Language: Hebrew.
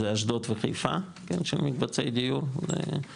זה אשדוד וחיפה של מקבצי דיור מאוד בולט,